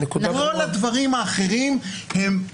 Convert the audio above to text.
כל הדברים האחרים הם כניסה לשדה מוקשים.